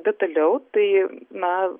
detaliau tai na